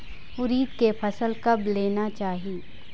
उरीद के फसल कब लेना चाही?